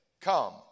come